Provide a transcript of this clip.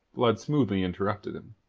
blood smoothly interrupted him.